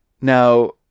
Now